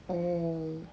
oh